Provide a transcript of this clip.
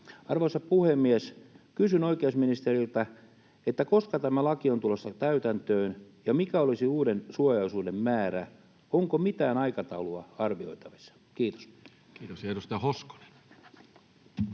Arvoisa puhemies! Kysyn oikeusministeriltä: Koska tämä laki on tulossa täytäntöön, ja mikä olisi uuden suojaosuuden määrä? Onko mitään aikataulua arvioitavissa? — Kiitos. Kiitos.